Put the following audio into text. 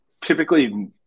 typically